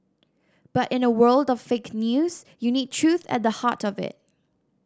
but in a world of fake news you need truth at the heart of it